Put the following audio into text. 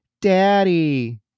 Daddy